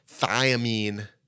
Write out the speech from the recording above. thiamine